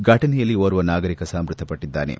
ಫಟನೆಯಲ್ಲಿ ಓರ್ವ ನಾಗರಿಕ ಸಹ ಮೃತಪಟ್ಟದ್ದಾನೆ